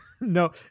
No